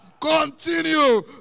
Continue